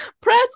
press